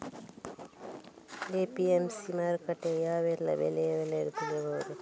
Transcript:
APMC ಮಾರುಕಟ್ಟೆಯಲ್ಲಿ ಯಾವೆಲ್ಲಾ ಬೆಳೆಯ ಬೆಲೆ ತಿಳಿಬಹುದು?